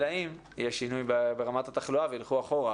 אלא אם יהיה שינוי ברמת התחלואה וילכו אחורה,